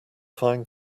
find